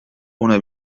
una